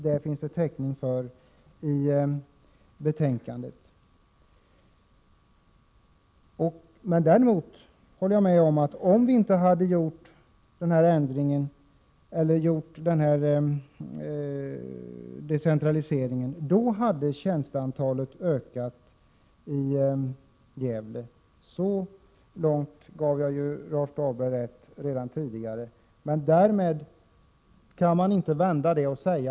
Det finns det täckning för i betänkandet. Däremot håller jag med om att tjänsteantalet hade ökat i Gävle om vi inte hade gjort denna decentralisering. Så långt gav jag Rolf Dahlberg rätt redan tidigare. Men därmed kan man inte säga att detta är en Prot.